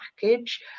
package